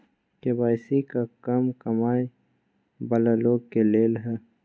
KYC का कम कमाये वाला लोग के लेल है?